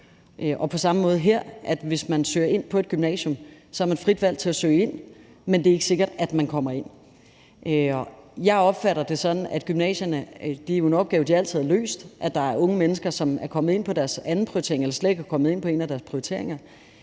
er på samme måde her; hvis man søger ind på et gymnasium, har man frit valg til at søge ind, men det er ikke sikkert, at man kommer ind. Jeg opfatter det sådan, at det jo er en opgave, gymnasierne altid har løst, at der er unge mennesker, som er kommet ind på deres anden prioritering eller slet ikke er kommet ind på en af deres prioriteringer.